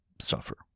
suffer